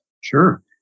Sure